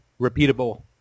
repeatable